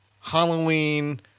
Halloween